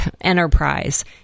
enterprise